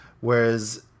Whereas